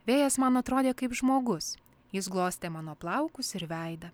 vėjas man atrodė kaip žmogus jis glostė mano plaukus ir veidą